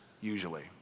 usually